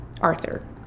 Arthur